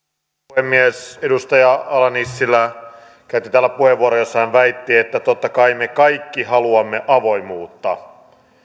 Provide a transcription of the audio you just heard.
puhemies edustaja ala nissilä käytti täällä puheenvuoron jossa hän väitti että totta kai me kaikki haluamme avoimuutta